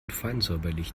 feinsäuberlich